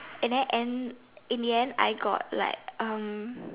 and then end in the end I got like um